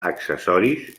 accessoris